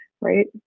right